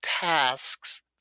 tasks